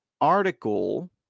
article